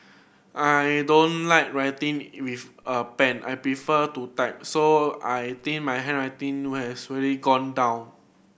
I don't like writing with a pen I prefer to type so I think my handwriting has really gone down